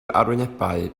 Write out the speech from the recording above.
arwynebau